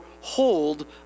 hold